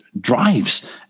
drives